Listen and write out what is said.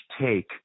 take